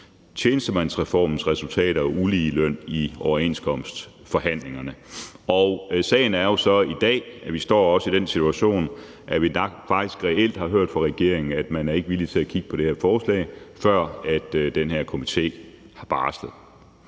tjenestemandsreformens resultater og uligeløn i overenskomstforhandlingerne. Sagen er jo så i dag, at vi også står i den situation, at vi faktisk reelt har hørt fra regeringen, at man ikke er villig til at kigge på det her forslag, før den her komité har barslet.